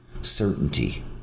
certainty